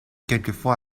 quelquefois